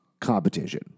competition